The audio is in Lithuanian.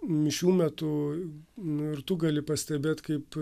mišių metu nu ir tu gali pastebėt kaip